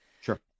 Sure